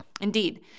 Indeed